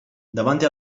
davanti